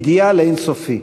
אידיאל אין-סופי.